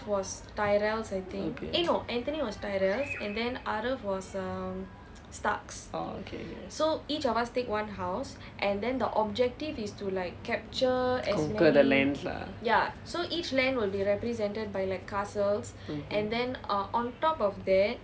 okay orh okay conquer the lands lah mmhmm